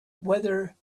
whether